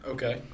Okay